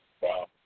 Wow